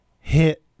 hit